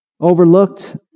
Overlooked